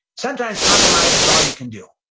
sometimes, compromise is all you can do.